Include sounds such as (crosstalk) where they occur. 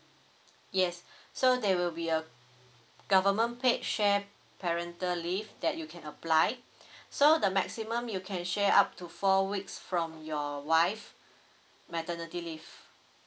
yes (breath) so there will be a government paid shared parental leave that you can apply (breath) so the maximum you can share up to four weeks from your wife maternity leave